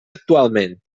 actualment